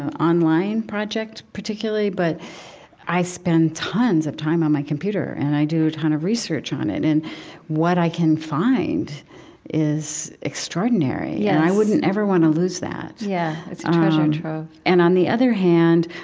um online project particularly, but i spend tons of time on my computer, and i do a ton of research on it. and what i can find is extraordinary. yeah and i wouldn't ever want to lose that yeah. it's a treasure trove and on the other hand,